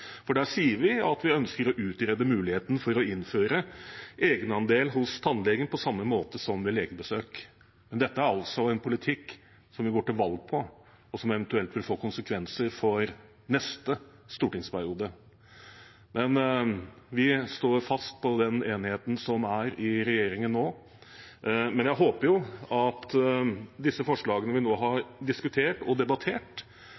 for der sier vi at vi ønsker å utrede muligheten for å innføre egenandel hos tannlegen, på samme måte som ved legebesøk. Men dette er altså en politikk vi går til valg på, og som eventuelt vil få konsekvenser for neste stortingsperiode. Vi står fast på den enigheten som nå er i regjeringen, men jeg håper disse forslagene vi